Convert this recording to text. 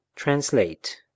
Translate